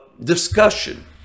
discussion